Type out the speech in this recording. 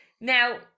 now